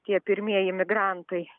tie pirmieji migrantai